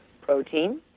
protein